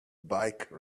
bike